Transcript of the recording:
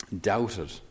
doubted